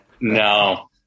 No